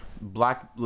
Black